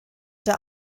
der